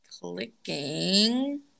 Clicking